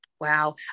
wow